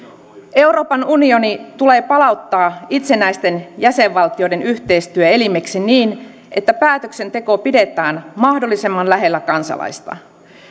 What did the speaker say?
euroopan unioni tulee palauttaa itsenäisten jäsenvaltioiden yhteistyöelimeksi niin että päätöksenteko pidetään mahdollisimman lähellä kansalaista